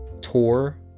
tour